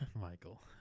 Michael